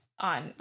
On